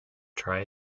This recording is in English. tri